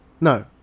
No